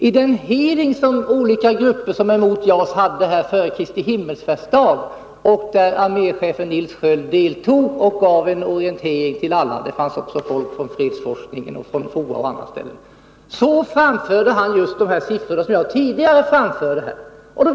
I den hearing som olika grupper anordnade om JAS före kristihimmelfärdshelgen framförde arméchefen Nils Sköld i sin orientering — där fanns också folk från bl.a. fredsforskningen och FOA -— just de siffror som jag tidigare här i dag anförde.